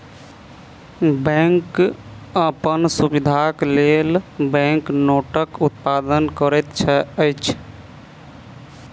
bank अपन सुविधाक लेल बैंक नोटक उत्पादन करैत अछि